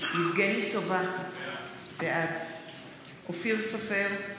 יבגני סובה, בעד אופיר סופר,